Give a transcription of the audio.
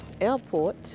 airport